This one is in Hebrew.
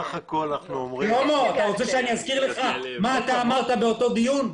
אתה רוצה שאזכיר לך מה אמרת באותו דיון?